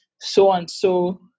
so-and-so